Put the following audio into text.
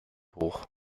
hoch